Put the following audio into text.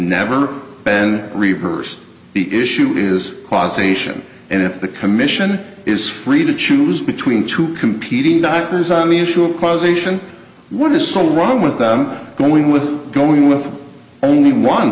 never been reversed the issue is causation and if the commission is free to choose between two competing doctors on the issue of causation what is so wrong with going with going with only one